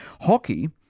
Hockey